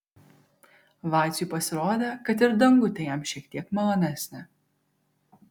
vaciui pasirodė kad ir dangutė jam šiek tiek malonesnė